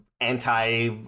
anti